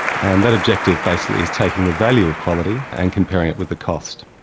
and that objective, basically, is taking the value of quality and comparing it with the cost.